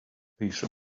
piece